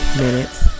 minutes